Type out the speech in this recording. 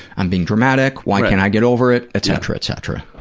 i'm being dramatic, why can't i get over it, etc, etc.